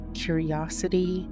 curiosity